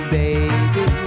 baby